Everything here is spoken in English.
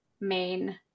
main